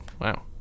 wow